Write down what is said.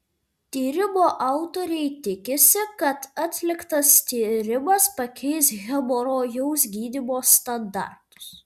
tyrimo autoriai tikisi kad atliktas tyrimas pakeis hemorojaus gydymo standartus